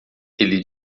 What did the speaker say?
ele